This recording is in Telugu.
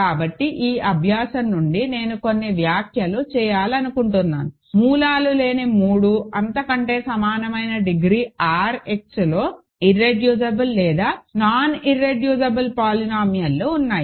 కాబట్టి ఈ అభ్యాసం నుండి నేను కొన్ని వ్యాఖ్యలు చేయాలనుకుంటున్నాను మూలాలు లేని 3అంతకంటే సమానమైన డిగ్రీ R Xలో ఇర్రెడ్యూసిబుల్ లేదా నాన్ ఇర్రెడ్యూసిబుల్ పోలినామియల్లు ఉన్నాయి